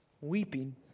weeping